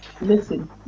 Listen